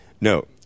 no